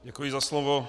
Děkuji za slovo.